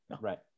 right